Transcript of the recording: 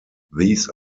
these